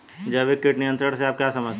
जैविक कीट नियंत्रण से आप क्या समझते हैं?